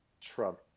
Trump